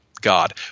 God